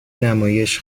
نمایش